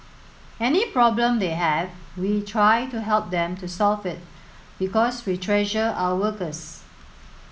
any problem they have we try to help them to solve it because we treasure our workers